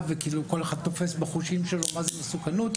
וכאילו כל אחד תופס בחושים שלו מה זאת מסוכנות,